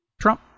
Trump